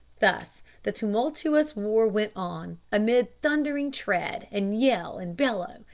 thus the tumultuous war went on, amid thundering tread, and yell, and bellow,